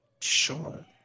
Sure